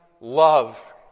love